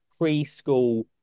preschool